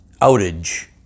outage